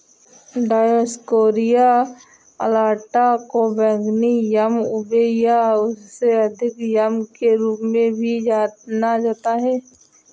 Dioscorea alata को बैंगनी yam ube या उससे अधिक याम के रूप में भी जाना जाता है